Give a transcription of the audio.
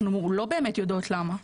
אנחנו לא באמת יודעות למה.